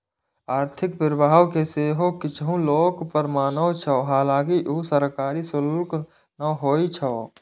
आर्थिक प्रभाव कें सेहो किछु लोक कर माने छै, हालांकि ऊ सरकारी शुल्क नै होइ छै